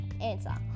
answer